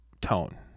tone